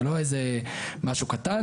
זה לא איזה משהו קטן,